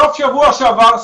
בסוף שבוע שעבר,